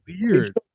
weird